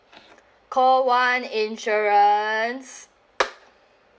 call one insurance